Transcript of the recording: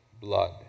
blood